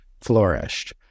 flourished